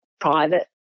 private